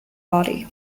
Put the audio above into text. body